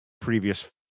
previous